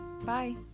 Bye